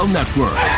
Network